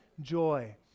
joy